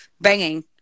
banging